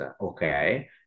okay